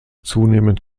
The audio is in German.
zunehmend